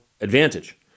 advantage